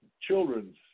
children's